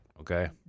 okay